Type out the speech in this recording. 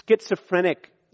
schizophrenic